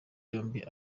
yombi